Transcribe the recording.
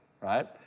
right